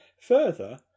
Further